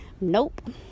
nope